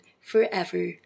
forever